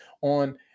on